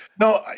No